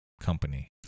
company